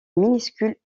minuscule